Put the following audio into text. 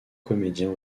comédien